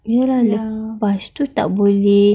iya lah lepas tu tak boleh